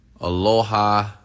Aloha